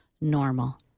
normal